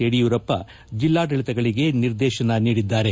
ಯಡಿಯೂರಪ್ಪ ಜೆಲ್ಲಾಡಳಿತಗಳಿಗೆ ನಿರ್ದೇಶನ ನೀಡಿದ್ದಾರೆ